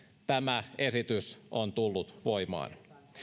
tämä esitys on tullut voimaan